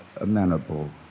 amenable